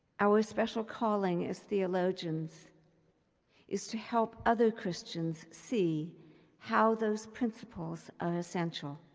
our special calling as theologians is to help other christians see how those principles are essential,